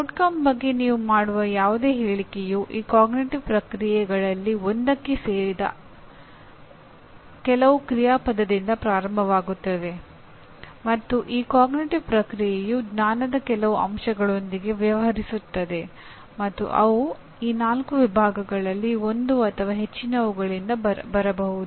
ಪರಿಣಾಮ ಬಗ್ಗೆ ನೀವು ಮಾಡುವ ಯಾವುದೇ ಹೇಳಿಕೆಯು ಈ ಅರಿವಿನ ಪ್ರಕ್ರಿಯೆಗಳಲ್ಲಿ ಒಂದಕ್ಕೆ ಸೇರಿದ ಕೆಲವು ಕ್ರಿಯಾಪದದಿಂದ ಪ್ರಾರಂಭವಾಗುತ್ತದೆ ಮತ್ತು ಈ ಅರಿವಿನ ಪ್ರಕ್ರಿಯೆಯು ಜ್ಞಾನದ ಕೆಲವು ಅಂಶಗಳೊಂದಿಗೆ ವ್ಯವಹರಿಸುತ್ತದೆ ಮತ್ತು ಅವು ಈ ನಾಲ್ಕು ವಿಭಾಗಗಳಲ್ಲಿ ಒಂದು ಅಥವಾ ಹೆಚ್ಚಿನವುಗಳಿಂದ ಬರಬಹುದು